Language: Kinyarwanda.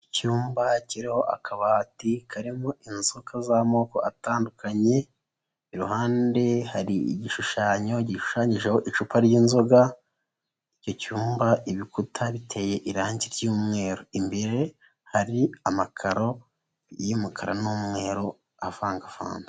Icyumba ashyiriho akabati karimo inzoga z'amoko atandukanye, iruhande hari igishushanyo gishushanyijeho icupa ry'inzoga, icyo cyumba ibikuta biteye irangi ry'umweru. Imbere hari amakaro y'umukara n'umweru avangavanze.